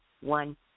one